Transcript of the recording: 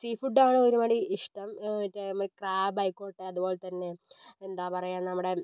sea food ആണ് ഒരുപാട് ഇഷ്ടം മറ്റേ ക്രാബ് ആയിക്കോട്ടെ അതുപോലെ തന്നെ എന്താ പറയുക നമ്മുടെ